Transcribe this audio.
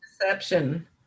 deception